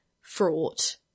fraught